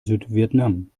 südvietnam